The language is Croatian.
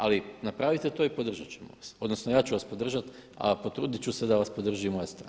Ali napravite to i podržati ćemo, odnosno ja ću vas podržati a potruditi ću se da vas podrži i moja stranka.